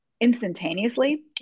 instantaneously